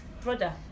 brother